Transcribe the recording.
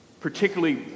particularly